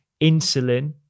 insulin